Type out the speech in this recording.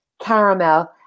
caramel